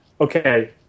okay